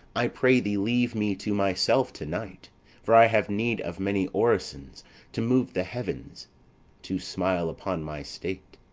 i pray thee leave me to myself to-night for i have need of many orisons to move the heavens to smile upon my state,